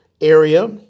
area